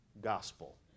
gospel